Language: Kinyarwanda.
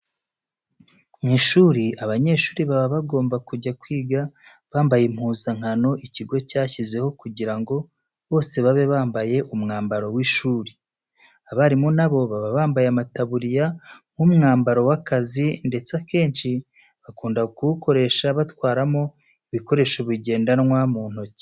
Mu ishuri abanyeshuri baba bagomba kujya kwiga bambaye impuzankano ikigo cyashyizeho kugira ngo bose babe bambaye umwamaro w'ishuri. Abarimu na bo baba bambaye amataburiya nk'umwambaro w'akazi ndetse akenshi bakunda kuwukoresha batwaramo ibikoresho bigendanwa mu ntoki.